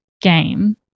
game